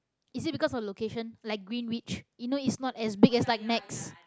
is it because of location like greenwich you know it's not as big as like nex